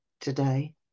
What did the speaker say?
today